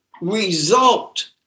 result